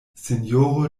sinjoro